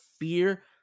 fear